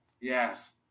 yes